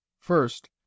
First